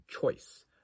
choice